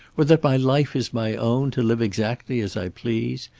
or that my life is my own, to live exactly as i please?